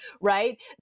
right